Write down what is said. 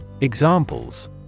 Examples